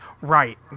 Right